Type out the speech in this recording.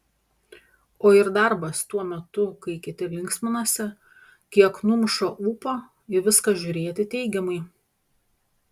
o ir darbas tuo metu kai kiti linksminasi kiek numuša ūpą į viską žiūrėti teigiamai